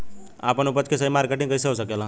आपन उपज क सही मार्केटिंग कइसे हो सकेला?